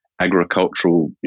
agricultural